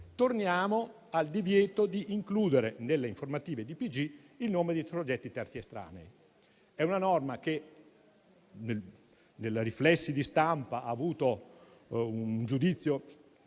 Torniamo al divieto di includere nelle informative dei pg il nome dei soggetti terzi estranei. È una norma che nei riflessi di stampa ha avuto un giudizio